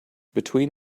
between